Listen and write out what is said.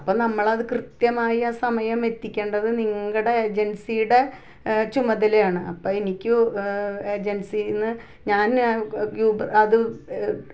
അപ്പോൾ നമ്മളത് കൃത്യമായി ആ സമയം എത്തിക്കേണ്ടത് നിങ്ങളുടെ ഏജൻസിയുടെ ചുമതലയാണ് അപ്പോൾ എനിക്ക് ഏജൻസിയിൽ നിന്ന് ഞാൻ അത്